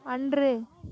அன்று